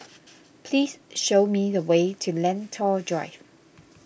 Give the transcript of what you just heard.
please show me the way to Lentor Drive